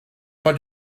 for